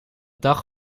dag